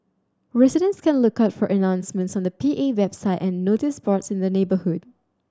residents can look out for announcements on the P A website and notice boards in the neighbourhood